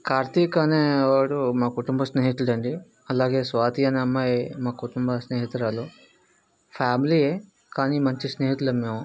కార్తిక్ అనేవాడు మా కుటుంబ స్నేహితుడు అండి అలాగే స్వాతి అనే అమ్మాయి మా కుటుంబ స్నేహితురాలు ఫ్యామిలీ కానీ మంచి స్నేహితులం మేము